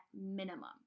minimum